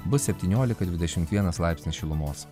bus septyniolika dvidešim vienas laipsnis šilumos